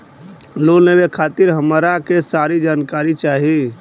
Loan लेवे खातीर हमरा के सारी जानकारी चाही?